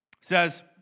says